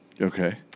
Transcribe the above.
Okay